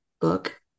book